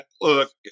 Look